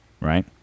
right